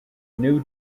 new